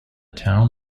town